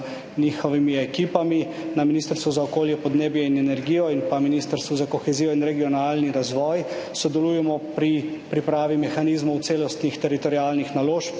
njihovimi ekipami na Ministrstvu za okolje, podnebje in energijo in pa Ministrstvu za kohezijo in regionalni razvoj sodelujemo pri pripravi mehanizmov celostnih teritorialnih naložb